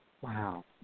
Wow